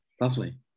Lovely